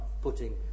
putting